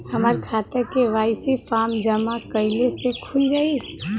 हमार खाता KYC form जमा कइले से खुल जाई?